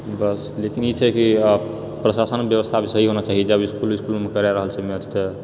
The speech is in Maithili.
बस लेकिन ई छै कि आब प्रशासन व्यवस्था भी सही होना चाहिए जब इसकुल वस्कूलमे करा रहल छै मैच तऽ